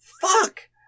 fuck